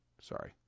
Sorry